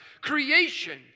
creation